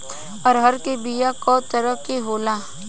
अरहर के बिया कौ तरह के होला?